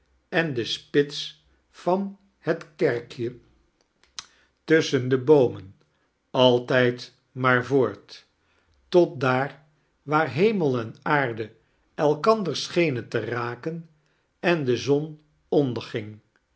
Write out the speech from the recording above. en de spits van het kerkje tusschen de boomen altijd maar voort tot daar waar hemel en aarde elkander schenen te raken en de zon onderging